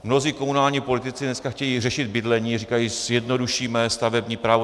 Mnozí komunální politici dneska chtějí řešit bydlení a říkají: zjednodušíme stavební právo.